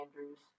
Andrews